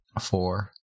Four